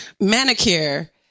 Manicure